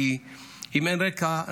כי אם אין רקע,